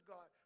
God